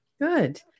Good